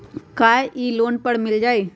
का इ लोन पर मिल जाइ?